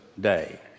Day